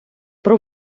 про